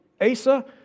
Asa